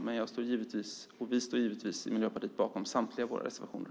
Vi i Miljöpartiet står givetvis bakom samtliga av våra reservationer.